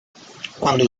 cuando